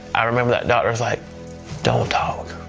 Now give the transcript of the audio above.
i remember that doctor is like don't talk.